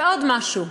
ועוד משהו: